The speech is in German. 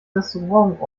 restaurant